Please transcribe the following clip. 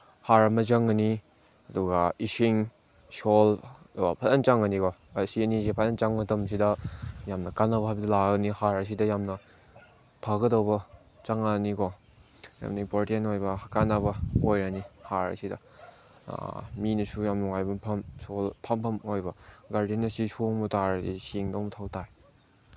ꯍꯥꯔ ꯑꯃ ꯆꯪꯒꯅꯤ ꯑꯗꯨꯒ ꯏꯁꯤꯡ ꯁꯣꯜꯀꯣ ꯐꯖꯅ ꯆꯪꯒꯅꯤꯀꯣ ꯑꯁꯤ ꯑꯅꯤꯁꯤ ꯐꯖꯅ ꯆꯪ ꯃꯇꯝꯁꯤꯗ ꯌꯥꯝꯅ ꯀꯥꯟꯅꯕ ꯍꯥꯏꯕꯗꯨ ꯂꯥꯛꯑꯅꯤ ꯍꯥꯔ ꯑꯁꯤꯗ ꯌꯥꯝꯅ ꯐꯒꯗꯧꯕ ꯆꯪꯉꯛꯑꯅꯤꯀꯣ ꯌꯥꯝꯅ ꯏꯝꯄꯣꯔꯇꯦꯟ ꯑꯣꯏꯕ ꯀꯥꯟꯅꯕ ꯑꯣꯏꯔꯅꯤ ꯍꯥꯔ ꯑꯁꯤꯗ ꯃꯤꯅꯁꯨ ꯌꯥꯝ ꯅꯨꯡꯉꯥꯏꯕ ꯃꯐꯝ ꯁꯣꯜ ꯐꯝꯕꯝ ꯑꯣꯏꯕ ꯒꯥꯔꯗꯦꯟ ꯑꯁꯤ ꯁꯣꯡꯕ ꯇꯥꯔꯗꯤ ꯁꯦꯡꯕ ꯃꯊꯧ ꯇꯥꯏ